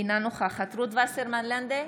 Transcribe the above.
אינה נוכחת רות וסרמן לנדה,